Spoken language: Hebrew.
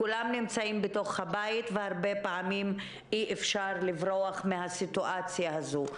כולם נמצאים בתוך הבית והרבה פעמים אי אפשר לברוח מהסיטואציה הזאת.